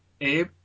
Abe